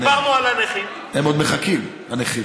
תאמין לי, דיברנו על הנכים, הם עוד מחכים, הנכים.